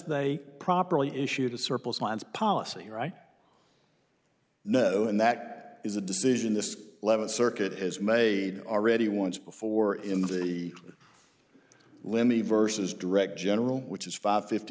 they properly issued a surplus minds policy right no and that is a decision this eleventh circuit has made already once before in the limited versus direct general which is five fifty